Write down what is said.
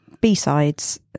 B-sides